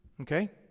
Okay